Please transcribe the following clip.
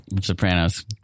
Sopranos